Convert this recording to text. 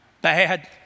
Bad